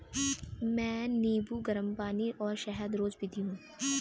मैं नींबू, गरम पानी और शहद रोज पीती हूँ